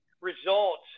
results